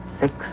six